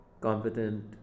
competent